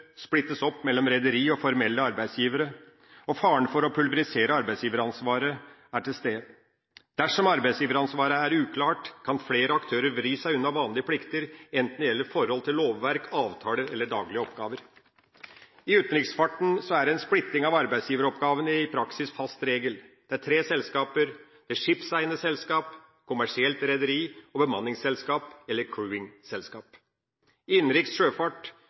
splittes opp mellom rederi og formelle arbeidsgivere, og faren for å pulverisere arbeidsgiveransvaret er til stede. Dersom arbeidsgiveransvaret er uklart, kan flere aktører vri seg unna vanlige plikter, enten det gjelder forhold til lovverk, avtaler eller daglige oppgaver. I utenriksfarten er en splitting av arbeidsgiveroppgavene i praksis fast regel. Det er tre selskaper: skipseiende selskap, kommersielt rederi og bemanningsselskap eller crewing-selskap. I innenriks sjøfart